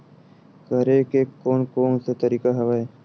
करे के कोन कोन से तरीका हवय?